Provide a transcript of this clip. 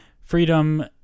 freedom